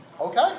Okay